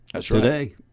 today